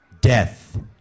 death